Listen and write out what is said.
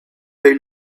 they